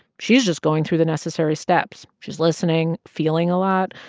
she's just going through the necessary steps. she's listening, feeling a lot,